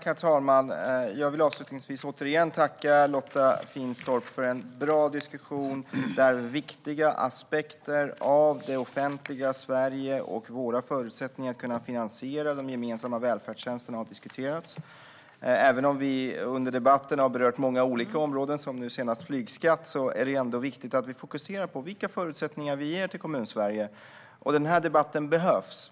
Herr talman! Jag vill avslutningsvis återigen tacka Lotta Finstorp för en bra diskussion, där viktiga aspekter av det offentliga Sverige och våra förutsättningar att finansiera de gemensamma välfärdstjänsterna har diskuterats. Även om vi under debatten har berört många olika områden, som nu senast flygskatt, är det ändå viktigt att vi fokuserar på vilka förutsättningar vi ger till Kommunsverige. Och denna debatt behövs.